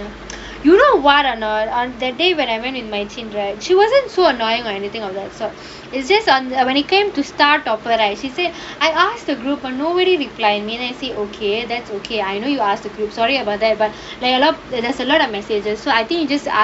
you know what or not on the day when I went with right she wasn't so annoying or anything of that sort is just on when it came to start she said I asked a group but nobody reply me then he say okay that's okay I know you ask the group sorry about that but there is a lot of messages so I think you just ask